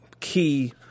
key